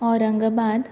Aurangabad